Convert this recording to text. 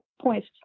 points